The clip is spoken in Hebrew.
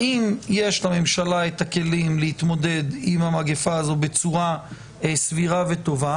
האם יש לממשלה את הכלים להתמודד עם המגפה הזאת בצורה סבירה וטובה,